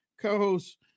co-host